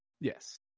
Yes